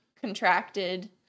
contracted